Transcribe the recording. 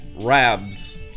rabs